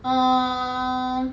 um